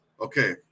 Okay